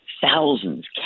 thousands